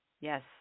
Yes